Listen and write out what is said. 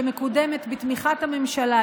שמקודמת בתמיכת הממשלה,